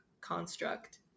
construct